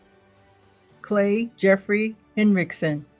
clay jeffery hinrichsen